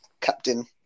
captain